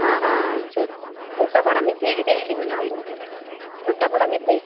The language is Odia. ହଁ ହଁ ଛୋଟ ବଡ଼ ମିଶାଇକି ଦେଇ ଦେବେ ନହେଲେ ଛୋଟ ବଡ଼ ମିଶାଇକି